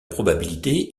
probabilité